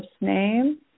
name